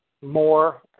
more